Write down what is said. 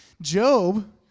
Job